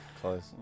Close